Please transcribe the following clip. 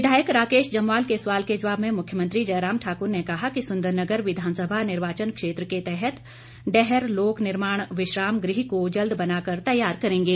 विधायक राकेश जम्वाल के सवाल के जवाब में मुख्यमंत्री जयराम ठाक्र ने कहा कि सुन्दरनगर विधानसभा निर्वाचन क्षेत्र के तहत डैहर लोक निर्माण विश्राम गृह को जल्द बना कर तैयार करेंगे